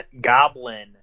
Goblin